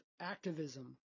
activism